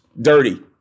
dirty